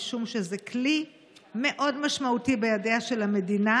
משום שזה כלי משמעותי מאוד בידיה של המדינה,